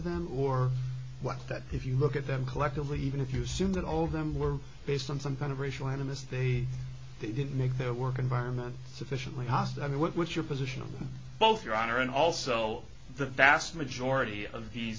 them or one that if you look at them collectively even if you assume that all of them were based on some kind of racial animus they they didn't make their work environment sufficiently hostile i mean what was your position of both your honor and also the vast majority of